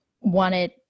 wanted